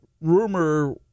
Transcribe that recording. rumor